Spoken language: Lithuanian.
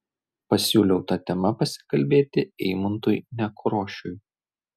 pasiūliau ta tema pasikalbėti eimuntui nekrošiui